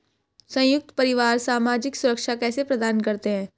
संयुक्त परिवार सामाजिक सुरक्षा कैसे प्रदान करते हैं?